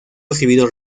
recibido